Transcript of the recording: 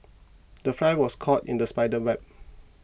the fly was caught in the spider's web